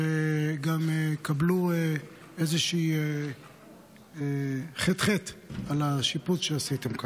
וגם קבלו איזשהו ח"ח על השיפוץ שעשיתם כאן.